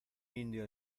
indio